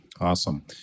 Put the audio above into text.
Awesome